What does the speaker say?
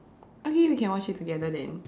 okay we can watch it together then